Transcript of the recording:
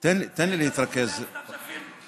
אתה מזהה את הבחור ליד סתיו שפיר?